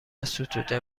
ستوده